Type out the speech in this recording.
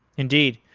indeed.